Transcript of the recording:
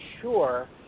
sure